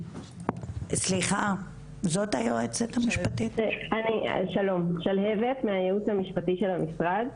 שלום, אני שלהבת, מהייעוץ המשפטי של המשרד.